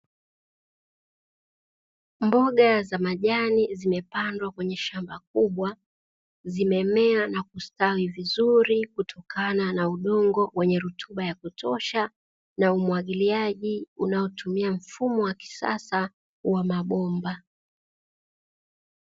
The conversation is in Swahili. Mboga za majani zimepandwa kwenye shamba kubwa zimemea na kustawi vizuri kutokana na udongo wenye rutuba ya kutosha, na uwagiliaji unaotumia mfumo wa kisasa wa mabomba.